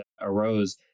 arose